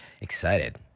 excited